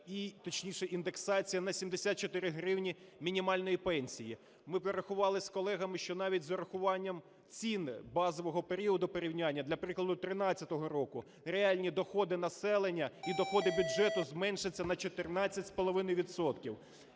і, точніше, індексація на 74 гривні мінімальної пенсії. Ми порахували з колегами, що навіть з урахуванням цін базового періоду, порівняння для прикладу 13-го року, реальні доходи населення і доходи бюджету зменшаться на 14,5